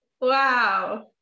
wow